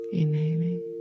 inhaling